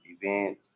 event